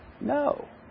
No